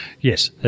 Yes